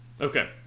Okay